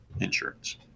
insurance